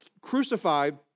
crucified